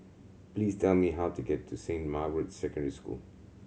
please tell me how to get to Saint Margaret's Secondary School